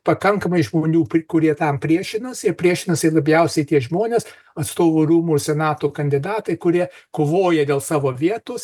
pakankamai žmonių kurie tam priešinasi ir priešinasi labiausiai tie žmonės atstovų rūmų senato kandidatai kurie kovoja dėl savo vietos